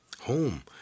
Home